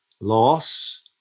loss